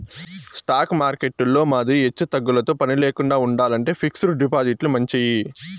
stock మార్కెట్టులో మాదిరి ఎచ్చుతగ్గులతో పనిలేకండా ఉండాలంటే ఫిక్స్డ్ డిపాజిట్లు మంచియి